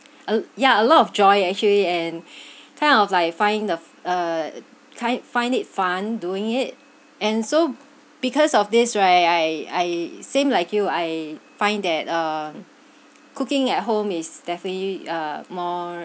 a l~ yeah a lot of joy actually and kind of like find the f~ uh kind find it fun doing it and so because of this right I I same like you I find that um cooking at home is definitely a more